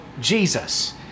Jesus